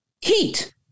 Heat